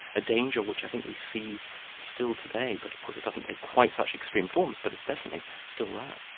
a danger which i think we see still today, but of course it doesn't take quite such extreme forms, but it's definitely still um